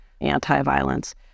anti-violence